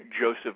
Joseph